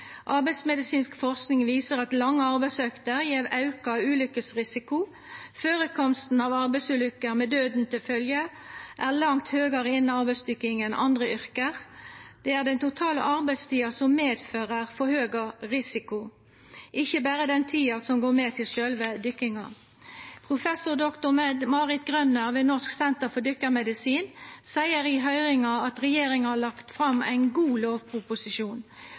Arbeidsmedisinsk forsking viser at lange arbeidsøkter gjev auka ulukkesrisiko. Førekomsten av arbeidsulukker med døden til følgje er langt høgare innan arbeidsdykking enn i andre yrke. Det er den totale arbeidstida som medfører auka risiko, ikkje berre den tida som går med til sjølve dykkinga. Professor dr.med. Marit Grønning i Norsk senter for maritim medisin og dykkemedisin seier i høyringa at regjeringa har lagt fram ein god lovproposisjon.